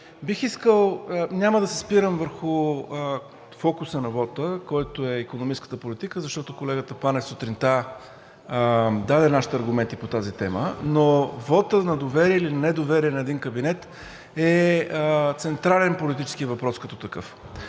Няма да се спирам върху фокуса на вота, който е икономическата политика, защото колегата Панев сутринта даде нашите аргументи по тази тема, но вотът на доверие или недоверие на един кабинет е централен политически въпрос като такъв.